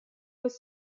was